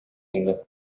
инде